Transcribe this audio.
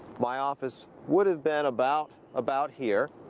my office would have been about, about here.